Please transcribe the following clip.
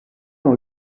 dans